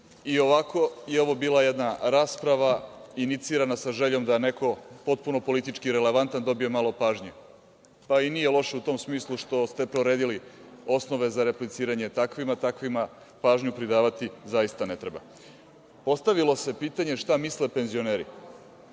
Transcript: i ovako je ovo bila jedna rasprava inicirana sa željom da neko potpuno politički irelevantan dobije malo pažnje. Pa i nije loše u tom smislu što ste proredili osnove za repliciranje takvima. Takvima pažnju pridavati zaista ne treba. Postavilo se pitanje – šta misle penzioneri?